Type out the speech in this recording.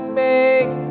make